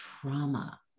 trauma